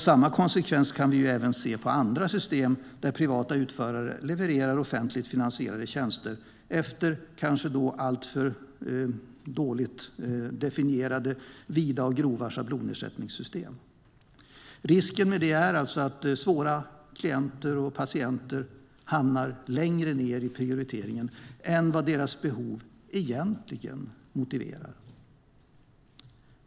Samma konsekvens kan vi även se i andra system där privata utförare levererar offentligt finansierade tjänster och där schablonersättningssystemen kanske är alltför dåligt definierade, vida och grova. Risken med det är att svåra klienter och patienter hamnar längre ned i prioriteringen än vad deras behov egentligen motiverar.